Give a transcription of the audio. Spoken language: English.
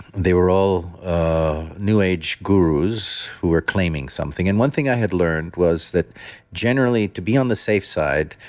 they were all new age gurus who were claiming something. and one thing i had learned was that generally to be on the safe side,